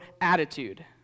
attitude